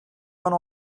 one